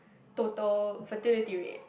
total fertility rate